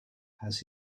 has